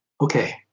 okay